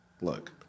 Look